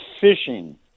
fishing